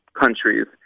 countries